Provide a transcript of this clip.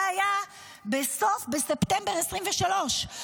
זה היה בספטמבר 2023,